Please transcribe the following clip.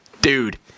dude